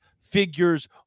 figures